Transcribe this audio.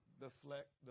deflect